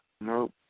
Nope